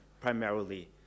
primarily